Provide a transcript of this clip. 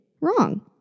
wrong